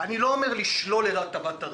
אני לא אומר לשלול את הטבת הרכב,